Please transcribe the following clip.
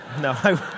No